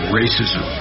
racism